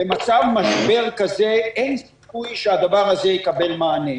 במצב משבר כזה אין סיכוי שהדבר הזה יקבל מענה.